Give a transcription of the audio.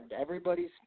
Everybody's